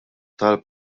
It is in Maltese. talb